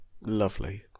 lovely